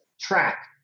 track